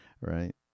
right